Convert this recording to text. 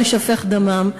לא יישפך דמם.